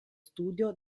studio